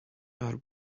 are